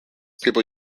people